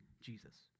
jesus